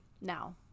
now